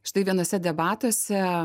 štai vienuose debatuose